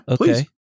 Okay